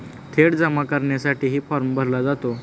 थेट जमा करण्यासाठीही फॉर्म भरला जातो